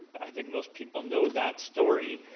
i think most people know that story.